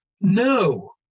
no